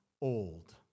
old